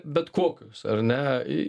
bet kokius ar ne į